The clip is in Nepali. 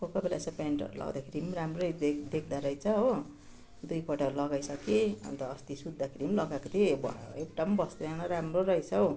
कोही कोही बेला यसो पेन्टहरू लगाउँदाखेरि राम्रै देख देख्दा रहेछ हो दुईपल्ट लगाइसके अन्त अस्ति सुत्दाखेरि लगाएको थिएँ भुवा एउटा बस्दैन राम्रो रहेछ हो